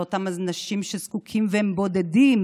על אותם אנשים שזקוקים והם בודדים,